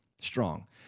strong